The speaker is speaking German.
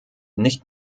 nicht